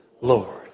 Lord